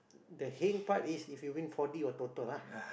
the heng part is if you win four-D or Toto ah